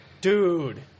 Dude